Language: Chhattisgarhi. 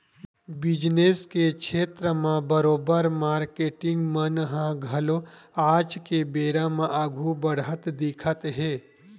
बिजनेस के छेत्र म बरोबर मारकेटिंग मन ह घलो आज के बेरा म आघु बड़हत दिखत हे